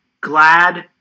glad